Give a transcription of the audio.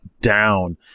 down